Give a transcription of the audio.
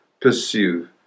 pursue